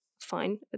fine